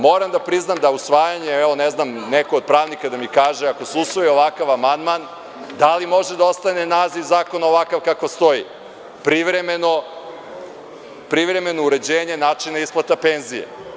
Moram da priznam da usvajanje, ne znam neko od pravnika da mi kaže, ako se usvoji ovakav amandman da li može da ostane naziv zakona ovako kako stoji - privremeno uređenje načina isplata penzije.